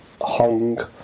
hung